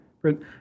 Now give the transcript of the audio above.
print